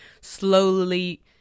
slowly